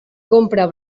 compra